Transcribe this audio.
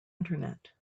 internet